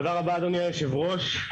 תודה רבה אדוני יושב הראש.